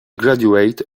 graduate